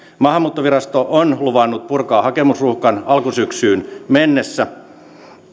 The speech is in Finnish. maahanmuuttovirasto on luvannut purkaa hakemusruuhkan alkusyksyyn mennessä